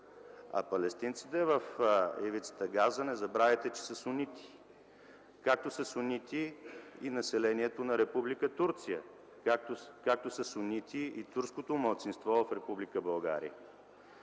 А палестинците в Ивицата Газа, не забравяйте, че са сунити. Както са сунити и населението на Република Турция, както са сунити и турското малцинство в Република България.